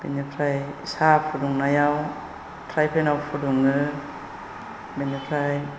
बिनिफ्राय साहा फुदुंनायाव ट्राइपेनाव फुदुङो बिनिफ्राय